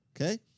Okay